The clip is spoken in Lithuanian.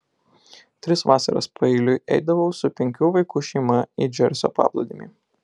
tris vasaras paeiliui eidavau su penkių vaikų šeima į džersio paplūdimį